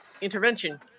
intervention